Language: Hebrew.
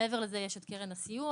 מעבר לזה יש את קרן הסיוע.